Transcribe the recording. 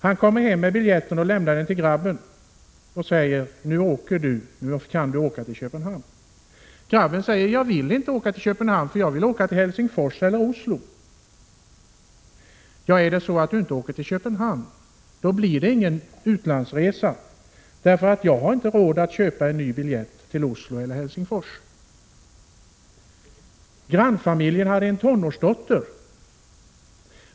Han kommer hem med biljetten och lämnar den till grabben och säger att han nu skall åka till Köpenhamn. Grabben säger att han inte vill åka till Köpenhamn utan till Helsingfors eller Oslo. Fadern säger då att om grabben inte åker till Köpenhamn så blir det ingen utlandsresa, eftersom fadern inte har råd att köpa någon ny biljett till Oslo eller Helsingfors. Grannfamiljen har en tonårsdotter.